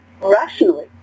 rationally